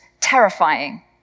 terrifying